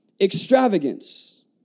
extravagance